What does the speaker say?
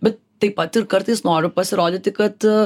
bet taip pat ir kartais noriu pasirodyti kad